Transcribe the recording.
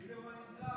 ליברמן נמצא,